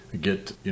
get